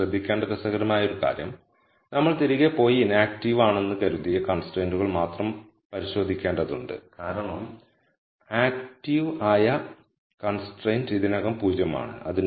ഇവിടെ ശ്രദ്ധിക്കേണ്ട രസകരമായ ഒരു കാര്യം നമ്മൾ തിരികെ പോയി ഇനാക്ടീവ് ആണെന്ന് കരുതിയ കൺസ്ട്രൈന്റുകൾ മാത്രം പരിശോധിക്കേണ്ടതുണ്ട് കാരണം ആക്റ്റീവ് ആയ കൺസ്ട്രൈൻറ് ഇതിനകം 0 ആണ്